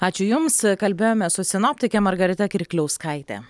ačiū jums kalbėjome su sinoptike margarita kirkliauskaite